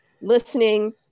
listening